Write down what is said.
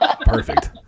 Perfect